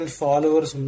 followers